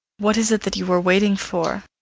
what is it that you are waiting for?